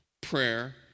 prayer